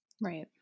Right